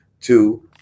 Two